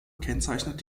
kennzeichnet